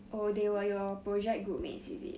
oh they were your project group mates is it